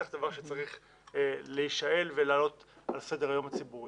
ובטח דבר שצריך להישאל ולעלות על סדר היום הציבורי.